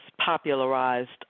popularized